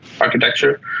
architecture